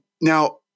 Now